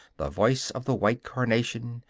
the voice of the white carnation,